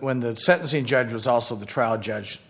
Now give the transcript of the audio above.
when the sentencing judge was also the trial judge